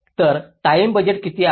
तर time budget किती आहे